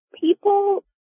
people